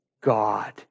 God